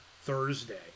Thursday